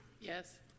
Yes